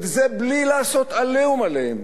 זה בלי לעשות "עליהום" עליהם.